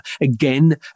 Again